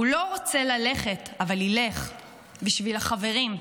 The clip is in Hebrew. הוא לא רוצה ללכת, אבל ילך בשביל החברים.